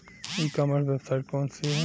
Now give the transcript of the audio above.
ई commerce website कौन सी है?